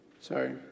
Sorry